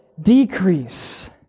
decrease